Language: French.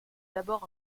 d’abord